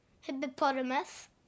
Hippopotamus